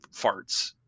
farts